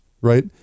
right